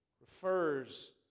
refers